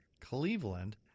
Cleveland